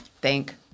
thank